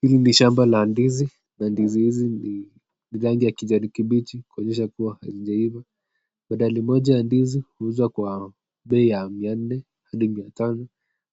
Hii ni shamba la ndizi na ndizi hizi ni rangi ya kijani kibichi kuonyesha kua hazijaiva. Medali moja ya ndizi huuzwa kwa bei ya mia nne hadi mia tano